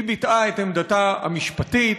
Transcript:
היא ביטאה את עמדתה המשפטית.